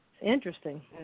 interesting